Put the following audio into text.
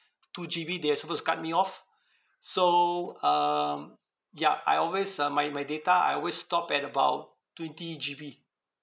two G_B they are supposed to cut me off so um yup I always uh my my data I always stop at about twenty G_B